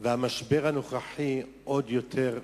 והמשבר הנוכחי מוסיף עוד יותר.